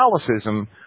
Catholicism